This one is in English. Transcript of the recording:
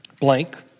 blank